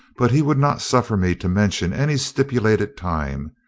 but he would not suffer me to mention any stipulated time,